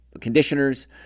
conditioners